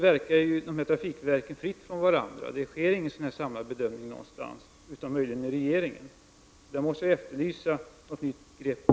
Men i dag arbetar dessa trafikverk fritt från varandra. Det sker inte någon samlad bedömning någonstans utom möjligen i regeringen. Jag efterlyser därför något nytt grepp.